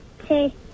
Okay